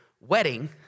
wedding